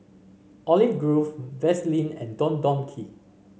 Olive Grove Vaseline and Don Donki